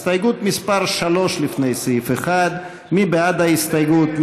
הסתייגות מס' 3, לפני סעיף 1. מי בעד ההסתייגות?